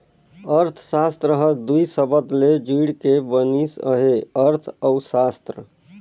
अर्थसास्त्र हर दुई सबद ले जुइड़ के बनिस अहे अर्थ अउ सास्त्र